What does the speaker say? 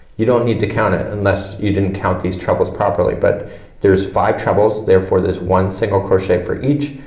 you don't need to count it, unless you didn't count these trebles properly, but there's five trebles, therefore there's one single crochet for each.